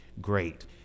great